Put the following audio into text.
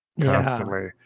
constantly